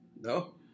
No